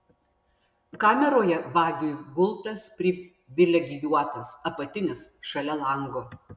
kameroje vagiui gultas privilegijuotas apatinis šalia lango